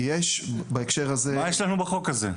מה יש לנו בחוק הזה?